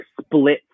split